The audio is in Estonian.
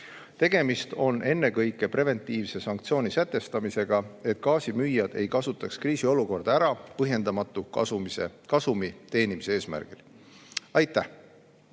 Tegemist on ennekõike preventiivse sanktsiooni sätestamisega, et gaasimüüjad ei kasutaks kriisiolukorda ära põhjendamatu kasumi teenimise eesmärgil. Aitäh!